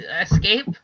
escape